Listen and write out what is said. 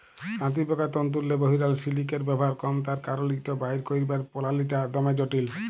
তাঁতিপকার তল্তুরলে বহিরাল সিলিকের ব্যাভার কম তার কারল ইট বাইর ক্যইরবার পলালিটা দমে জটিল